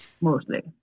mostly